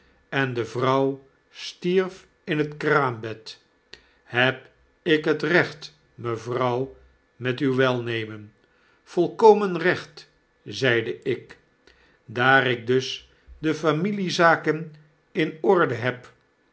en de vrouw stierf in het kraambed heb ik het recht mevrouw met u welnemen volkomen recht zeide ik daar ik dus de familiezaken in orde heb